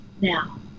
now